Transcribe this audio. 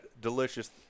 delicious